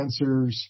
sensors